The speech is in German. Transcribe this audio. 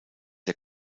der